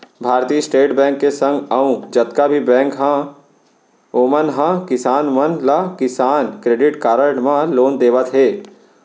भारतीय state bank के संग अउ जतका भी बेंक हे ओमन ह किसान मन ला किसान क्रेडिट कारड म लोन देवत हें